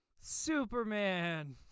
Superman